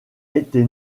été